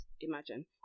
Imagine